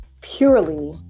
purely